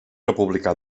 republicà